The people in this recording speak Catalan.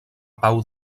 pau